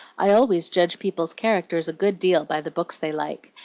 i always judge people's characters a good deal by the books they like,